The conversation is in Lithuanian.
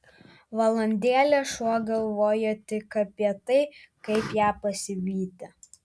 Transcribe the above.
valandėlę šuo galvojo tik apie tai kaip ją pasivyti